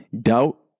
doubt